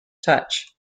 touch